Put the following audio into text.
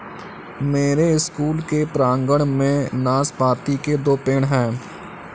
मेरे स्कूल के प्रांगण में नाशपाती के दो पेड़ हैं